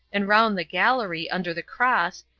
and round the gallery, under the cross,